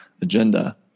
agenda